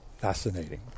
fascinating